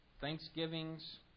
thanksgivings